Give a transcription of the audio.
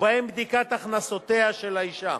ובהן בדיקת הכנסותיה של האשה.